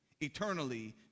eternally